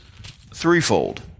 threefold